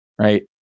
Right